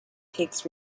takes